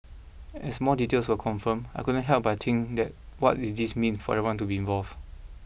as more details were confirmed I couldn't help but think that what is this mean for everyone to be involved